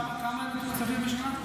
וכמה הם מתוקצבים בשנה?